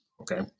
Okay